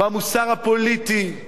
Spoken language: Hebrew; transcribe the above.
במוסר הפוליטי,